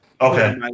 Okay